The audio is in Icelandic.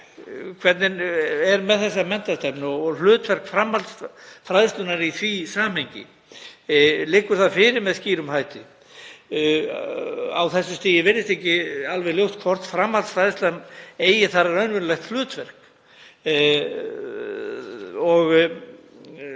Hvernig er með þessa menntastefnu og hlutverk framhaldsfræðslunnar í því samhengi? Liggur það fyrir með skýrum hætti? Á þessu stigi virðist ekki alveg ljóst hvort framhaldsfræðslan eigi þar raunverulegt hlutverk.